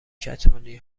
کتانی